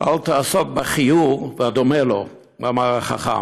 אל תעסוק בכיעור והדומה לו, אמר החכם.